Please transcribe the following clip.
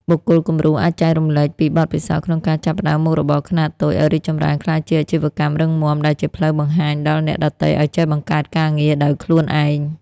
បុគ្គលគំរូអាចចែករំលែកពីបទពិសោធន៍ក្នុងការចាប់ផ្ដើមមុខរបរខ្នាតតូច ឱ្យរីកចម្រើនក្លាយជាអាជីវកម្មរឹងមាំ ដែលជាផ្លូវបង្ហាញដល់អ្នកដទៃឱ្យចេះបង្កើតការងារដោយខ្លួនឯង។